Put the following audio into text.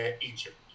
egypt